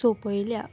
सोंपयल्या